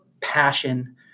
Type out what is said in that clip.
passion